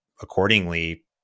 accordingly